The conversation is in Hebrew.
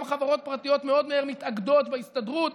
גם חברות פרטיות מאוד מהר מתאגדות בהסתדרות,